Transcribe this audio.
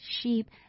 sheep